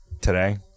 today